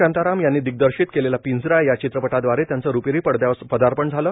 शांताराम यांनी दिग्दर्शित केलेल्या पिंजरा या चित्रपटादवारे त्यांचे रुपेरी पडदयावर पदार्पण झाले